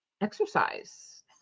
exercise